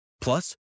Plus